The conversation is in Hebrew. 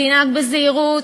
תנהג בזהירות,